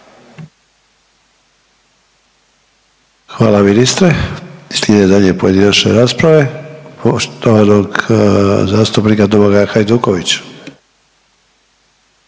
Hvala ministre. Slijede dalje pojedinačne rasprave poštovanog zastupnika Domagoja Hajduković.